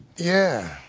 yeah.